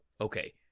Okay